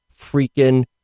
freaking